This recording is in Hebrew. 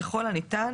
ככל הניתן,